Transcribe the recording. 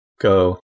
go